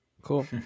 Cool